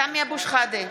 (קוראת בשמות חברי הכנסת) סמי אבו שחאדה,